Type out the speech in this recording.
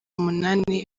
umunani